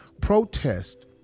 Protest